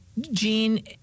Gene